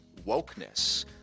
Wokeness